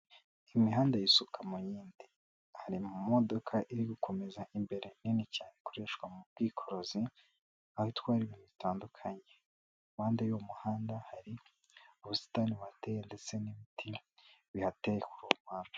Imihanda yisuka mu y'indi hari imodoka iri gukomeza imbere nini cyane ikoreshwa mu bwikorezi, aho itwara ibintu bitandukanye, impande y’uwo muhanda hari ubusitani buhateye ndetse n'ibiti bihateye kuri uwo muhanda.